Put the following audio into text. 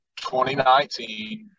2019